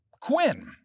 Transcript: Quinn